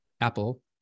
Apple